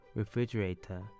refrigerator